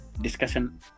discussion